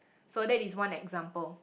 so that is one example